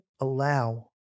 allow